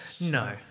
No